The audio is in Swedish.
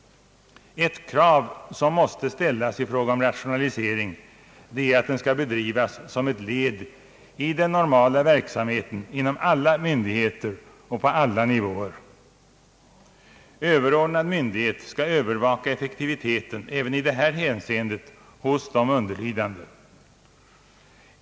Ett krav som måste ställas i fråga om rationalisering är att den skall bedrivas som ett led i den normala verk samheten inom alla myndigheter och på alla nivåer. Överordnad myndighet skall övervaka effektiviteten även i detta hänseende hos de underlydande.